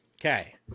Okay